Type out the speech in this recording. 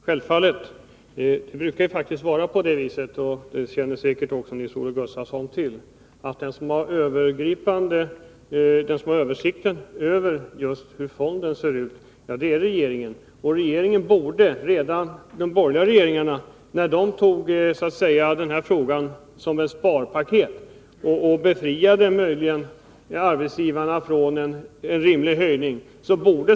Herr talman! Självfallet. Det brukar faktiskt vara på det sättet — det känner säkert också Nils-Olof Gustafsson till — att den som har överblicken över fondens läge är regeringen. De borgerliga regeringarna tog upp den här saken som en sparåtgärd och befriade arbetsgivarna från en rimlig höjning.